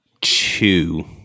two